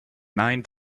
nine